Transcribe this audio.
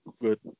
Good